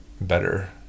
better